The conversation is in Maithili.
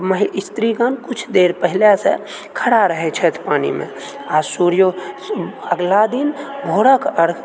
महि स्त्रीगण किछु देर पहिलेसँ खड़ा रहैत छथि पानिमे आ सुर्यो अगला दिन भोरक अर्घ